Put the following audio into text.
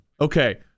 Okay